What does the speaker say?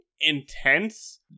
intense